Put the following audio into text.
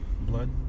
blood